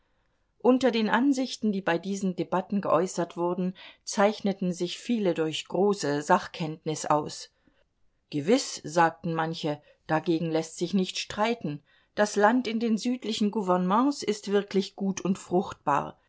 unter den ansichten die bei diesen debatten geäußert wurden zeichneten sich viele durch große sachkenntnis aus gewiß sagten manche dagegen läßt sich nicht streiten das land in den südlichen gouvernements ist wirklich gut und fruchtbar